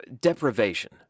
deprivation